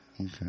Okay